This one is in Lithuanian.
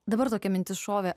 dabar tokia mintis šovė